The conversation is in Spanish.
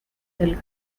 del